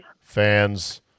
fans